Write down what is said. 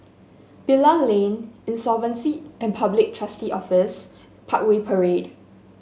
Bilal Lane Insolvency and Public Trustee Office Parkway Parade